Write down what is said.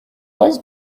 was